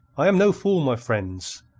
i am no fool, my friends.